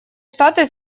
штаты